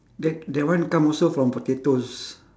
that that one come also from potatoes